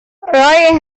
roy